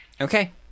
Okay